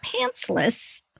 pantsless